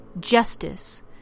justice